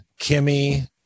Kimmy